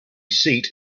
seat